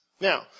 Now